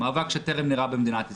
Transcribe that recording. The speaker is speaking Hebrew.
מאבק שטרם נראה במדינת ישראל.